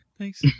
Thanks